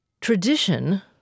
tradition